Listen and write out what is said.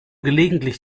gelegentlich